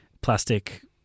plastic